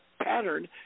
pattern